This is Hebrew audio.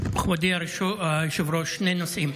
מכובדי היושב-ראש, שני נושאים.